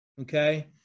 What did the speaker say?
okay